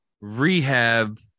rehab